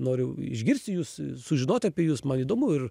noriu išgirsti jus sužinoti apie jus man įdomu ir